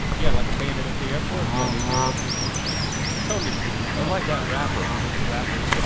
yeah like a bandit at the airport yeah which is which is totally cool. or like that rapper, what's the rapper?